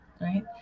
right